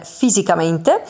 fisicamente